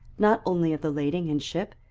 not only of the lading and ship,